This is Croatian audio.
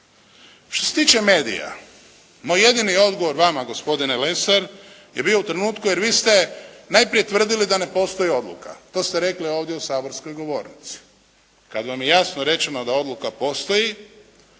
Što se tiče medija, moj jedini odgovor vama gospodine Lesar je bio u trenutku, jer vi ste najprije tvrdili da ne postoji odluka, to ste rekli ovdje u Saborskoj govornici. Kada vam je jasno rečeno da odluka postoji